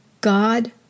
God